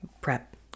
prep